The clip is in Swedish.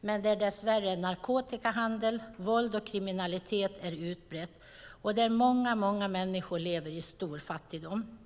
men där dess värre narkotikahandel, våld och kriminalitet är utbrett och där många, många människor lever i stor fattigdom.